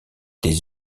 des